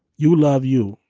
you love you.